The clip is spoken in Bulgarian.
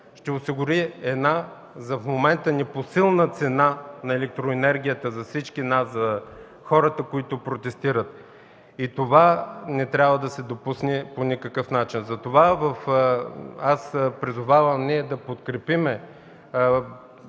ще осигури една непосилна цена на електроенергията за всички нас, за хората, които протестират. Това не трябва да се допусне по никакъв начин. Затова призовавам ние да подкрепим